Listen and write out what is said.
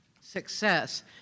success